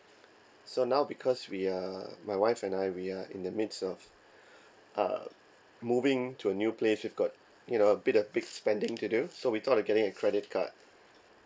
so now because we are my wife and I we are in the midst of uh moving to a new place we've got you know a bit of big spending to do so we thought of getting a credit card